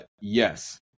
Yes